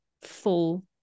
full